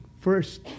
first